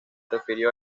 refirió